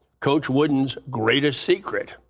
coach wooden's greatest secret,